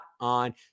on